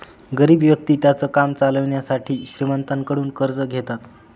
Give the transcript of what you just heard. गरीब व्यक्ति त्यांचं काम चालवण्यासाठी श्रीमंतांकडून कर्ज घेतात